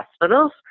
hospitals